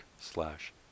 slash